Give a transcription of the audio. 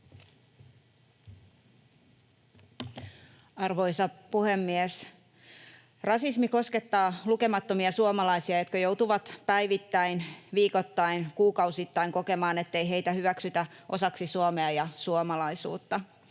Arvoisa puhemies! Rasismi koskettaa lukemattomia suomalaisia, jotka joutuvat päivittäin, viikoittain, kuukausittain kokemaan, ettei heitä hyväksytä osaksi Suomea ja suomalaisuutta.